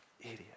Idiot